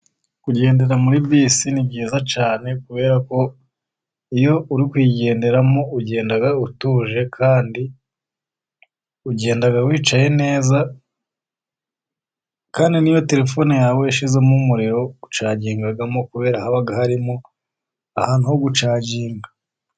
Kugendera muri bisi ni byiza cyane, kubera ko iyo uri kuyigenderamo ugenda utuje kandi ugenda wicaye neza, kandi n'iyo telefone yawe yashizemo umuriro ucagingamo, kubera ko haba harimo ahantu ho gucaginga.